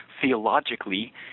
theologically